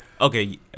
Okay